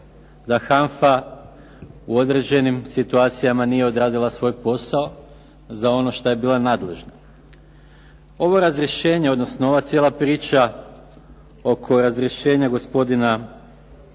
da HANFA u određenim situacijama nije odradila svoj posao za ono za što je bila nadležna. Ovo razrješenje odnosno ova cijela priča oko razrješenja gospodina